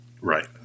Right